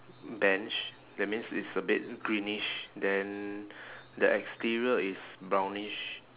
bench that means it's a bit greenish then the exterior is brownish